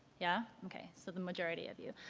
yeah? okay, so the majority of you.